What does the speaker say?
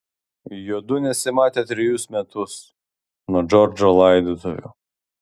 juodu nesimatė trejus metus nuo džordžo laidotuvių